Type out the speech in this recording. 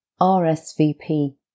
RSVP